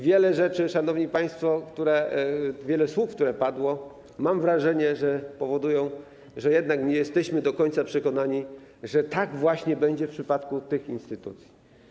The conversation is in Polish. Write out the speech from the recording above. Wiele rzeczy, szanowni państwo, wiele słów, które padły, mam wrażenie, powoduje, że jednak nie jesteśmy do końca przekonani, że tak właśnie będzie w przypadku tych instytucji.